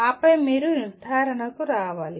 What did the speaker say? ఆపై మీరు నిర్ధారణకు రావాలి